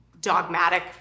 dogmatic